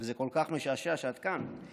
וזה כל כך משעשע שאת כאן,